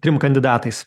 trim kandidatais